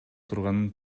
турганын